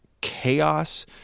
chaos